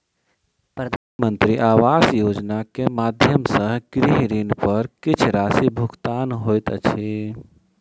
प्रधानमंत्री आवास योजना के माध्यम सॅ गृह ऋण पर किछ राशि भुगतान होइत अछि